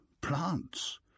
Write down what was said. plants